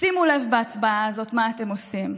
שימו לב בהצבעה הזאת מה אתם עושים,